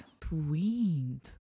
Tweens